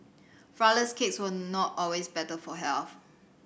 flourless cakes were not always better for health